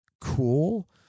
cool